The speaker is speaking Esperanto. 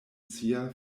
sia